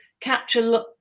capture